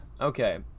Okay